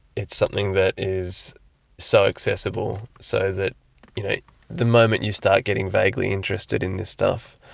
it's something that is so accessible so that the moment you start getting vaguely interested in this stuff,